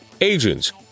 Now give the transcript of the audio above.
agents